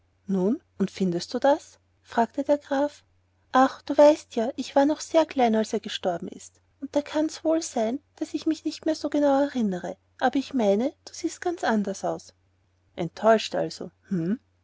nun und findest du das fragte der graf ach du weißt ja ich war noch sehr klein als er gestorben ist und da kann's wohl sein daß ich mich nicht genau erinnere aber ich meine du siehst ganz anders aus enttäuscht also hm